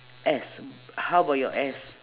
S how about your S